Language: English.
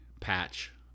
patch